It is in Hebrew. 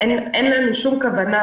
אין לנו שום כוונה